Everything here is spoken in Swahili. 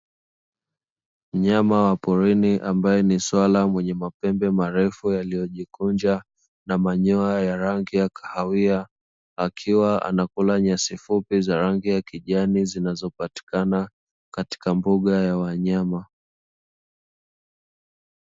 Mnyama wa porini ambaye ni swala mwenye mapembe marefu yaliyojikunja na manyoya ya rangi ya kahawia, akiwa anakula nyasi fupi za rangi ya kijani zinazopatikana katika mbuga ya wanyama.